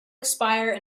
expire